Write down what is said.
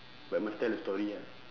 but must tell a story ah